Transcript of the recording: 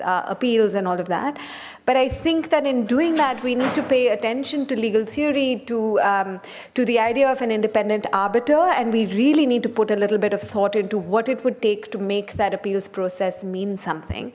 appeals and all of that but i think that in doing that we need to pay attention to legal theory to to the idea of an independent arbiter and we really need to put a little bit of thought into what it would take to make that appeals process mean something